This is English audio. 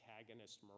antagonist